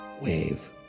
wave